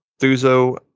Thuzo